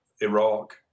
Iraq